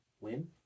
Win